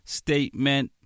statement